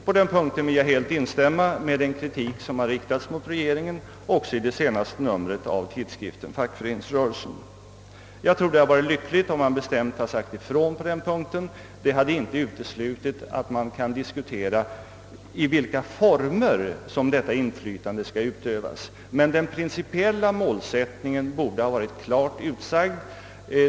På den punkten vill jag helt instämma i den kritik som riktats mot regeringen också i det senaste numret av tidskriften Fackföreningsrörelsen. Jag tror att det hade varit lyckligt om man bestämt sagt ifrån på den punkten. Det är inte uteslutet att vi kan dryfta i vilka former som detta inflytande skall utövas, men den principiella . målsättningen borde ha varit klart utsagd.